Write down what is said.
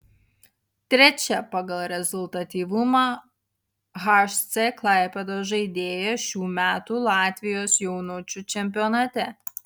trečia pagal rezultatyvumą hc klaipėdos žaidėja šių metų latvijos jaunučių čempionate